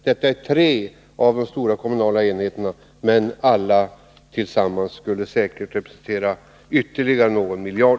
Detta är tre av de stora kommunala enheterna, men alla tillsammans skulle säkert representera ytterligare någon miljard.